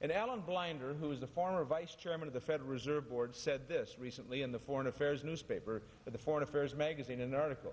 and alan blinder who's the former vice chairman of the federal reserve board said this recently in the foreign affairs newspaper the foreign affairs magazine an article